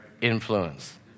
Influence